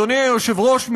אדוני היושב-ראש,